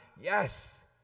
Yes